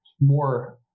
more